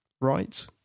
right